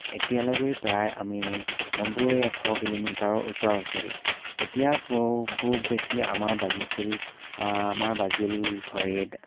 এতিয়ালৈকে প্ৰায় আমি নব্বৈ এশ কিলোমিটাৰৰ ওচৰা ওচৰি তেতিয়া খুব বেছি আমাৰ বাজিছিল আমাৰ বাজিল ঘড়ীত